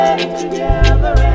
Together